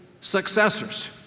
successors